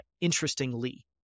interestingly